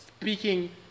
speaking